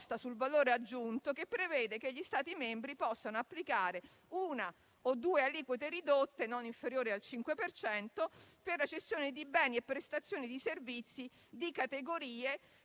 sul valore aggiunto, che prevede che gli Stati membri possano applicare una o due aliquote ridotte, non inferiori al 5 per cento, per la cessione di beni e prestazioni di servizi di alcune